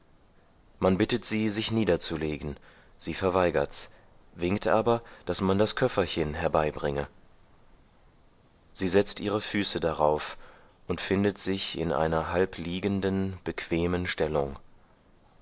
man bittet sie sich niederzulegen sie verweigerts winkt aber daß man das köfferchen herbeibringe sie setzt ihre füße darauf und findet sich in einer halb liegenden bequemen stellung